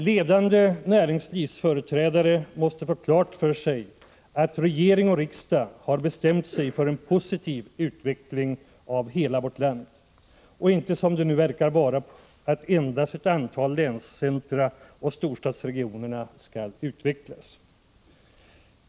Ledande näringslivsföreträdare måste få klart för sig att regering och riksdag har bestämt sig för en positiv utveckling av hela vårt land och inte för att, som nu tycks vara på väg, endast ett antal länscentra samt storstadsregionerna skall utvecklas.